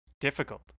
Difficult